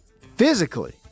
physically